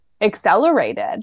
accelerated